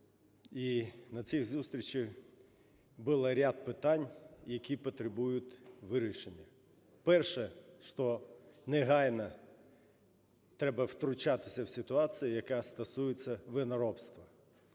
і на цих зустрічах було ряд питань, які потребують вирішення. Перше, що негайно треба втручатися в ситуацію, яка стосується виноробства.